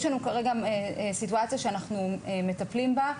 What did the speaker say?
ישנה סיטואציה שאנחנו מטפלים בה,